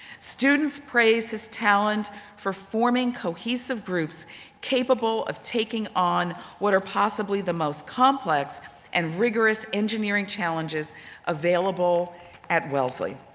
students praise his talent for forming cohesive groups capable of taking on what are the possibly the most complex and rigorous engineering challenges available at wellesley.